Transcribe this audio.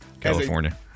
California